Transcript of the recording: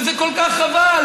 וזה כל כך חבל,